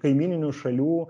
kaimyninių šalių